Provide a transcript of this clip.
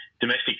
domestic